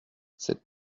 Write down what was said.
cette